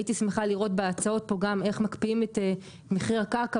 הייתי שמחה לראות בהצעות פה גם איך מקפיאים את מחיר הקרקע,